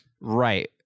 Right